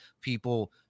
people